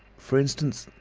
for instance,